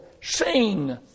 Sing